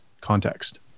context